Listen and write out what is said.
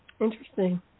Interesting